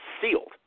sealed